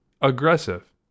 Aggressive